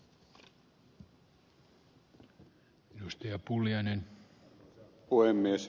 arvoisa puhemies